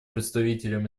представителем